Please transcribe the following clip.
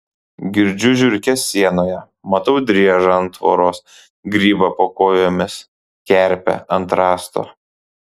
girdžiu žiurkes sienoje matau driežą ant tvoros grybą po kojomis kerpę ant rąsto